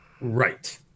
Right